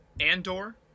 Andor